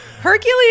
Hercules